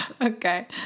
Okay